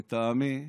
לטעמי,